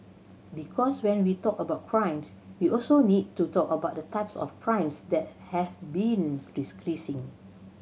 because when we talk about crimes we also need to talk about the types of crimes that have been decreasing